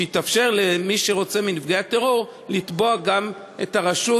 שיתאפשר למי שרוצה מנפגעי הטרור לתבוע גם את הרשות,